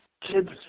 kids